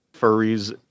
Furries